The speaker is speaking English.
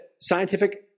scientific